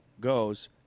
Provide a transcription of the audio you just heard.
goes